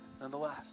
nonetheless